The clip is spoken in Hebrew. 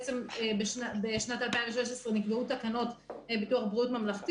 למעשה בשנת 2016 נקבעו תקנות ביטוח בריאות ממלכתי